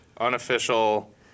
unofficial